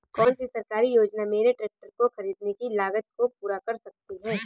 कौन सी सरकारी योजना मेरे ट्रैक्टर को ख़रीदने की लागत को पूरा कर सकती है?